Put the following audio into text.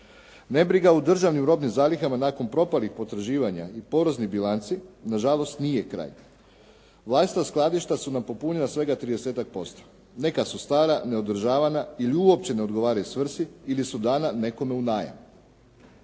Nebriga u državnim robnim zalihama nakon propalih potraživanja i poraznih bilanci, na žalost nije kraj. Vlastita skladišta su nam popunjena svega 30-tak posto. Neka su stara, ne održavana ili uopće ne odgovaraju svrsi ili su dana nekome u najam.